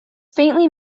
faintly